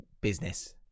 business